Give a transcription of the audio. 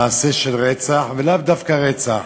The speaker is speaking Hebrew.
מעשה של רצח, ולאו דווקא רצח.